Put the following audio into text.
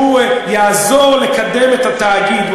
שהוא יעזור לקדם את התאגיד,